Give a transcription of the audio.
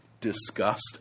disgust